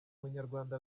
munyarwanda